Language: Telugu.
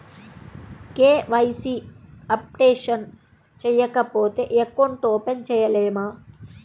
కే.వై.సి అప్డేషన్ చేయకపోతే అకౌంట్ ఓపెన్ చేయలేమా?